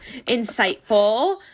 Insightful